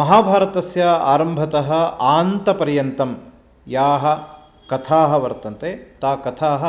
महाभारतस्य आरम्भतः आन्तपर्यन्तं याः कथाः ताः कथाः